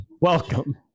Welcome